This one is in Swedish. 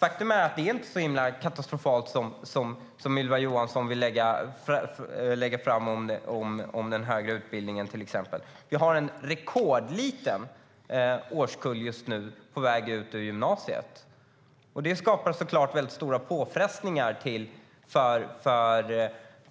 Det är inte så katastrofalt i exempelvis den högre utbildningen som Ylva Johansson lägger fram det. Vi har en rekordliten årskull som just nu är på väg ut ur gymnasiet. Det skapar såklart väldigt stora påfrestningar